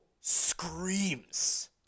screams